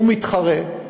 הוא מתחרה,